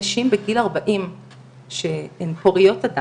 באופן משמעותי יותר